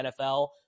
NFL